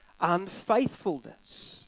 unfaithfulness